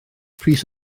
pris